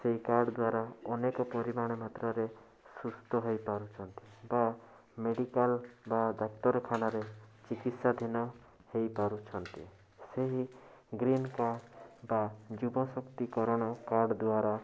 ସେହି କାର୍ଡ଼ ଦ୍ଵାରା ଅନେକ ପରିମାଣ ମାତ୍ରାରେ ସୁସ୍ଥ ହେଇପାରୁଛନ୍ତି ବା ମେଡ଼ିକାଲ ବା ଡ଼ାକ୍ତରଖାନାରେ ଚିକିତ୍ସାଧୀନ ହେଇପାରୁଛନ୍ତି ସେହି ଗ୍ରୀନ୍ କାର୍ଡ଼ ବା ଯୁବଶକ୍ତିକରଣ କାର୍ଡ଼ ଦ୍ଵାରା